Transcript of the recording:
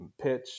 pitch